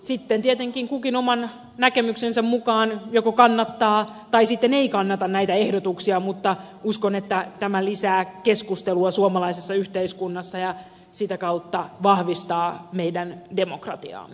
sitten tietenkin kukin oman näkemyksensä mukaan joko kannattaa tai sitten ei kannata näitä ehdotuksia mutta uskon että tämä lisää keskustelua suomalaisessa yhteiskunnassa ja sitä kautta vahvistaa meidän demokratiaam